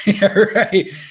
right